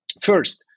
First